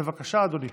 בבקשה, אדוני.